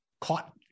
Caught